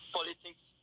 politics